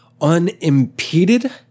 unimpeded